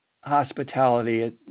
hospitality